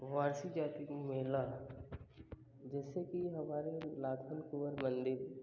वार्षिक जात्रिक में महिला जैसे कि हमारे लाखन कुँवर मंदिर